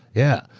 yeah.